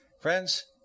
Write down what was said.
Friends